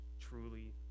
truly